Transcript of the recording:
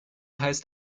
heißt